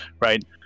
right